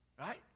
right